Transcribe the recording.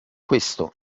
questo